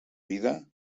vida